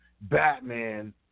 Batman